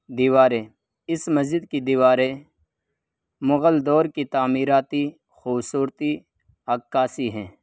دیواریں اس مسجد کی دیواریں مغل دور کی تعمیراتی خوبصورتی عکاسی ہیں